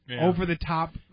over-the-top